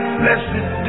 blessed